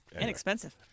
Inexpensive